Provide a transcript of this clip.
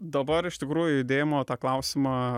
dabar iš tikrųjų judėjimo tą klausimą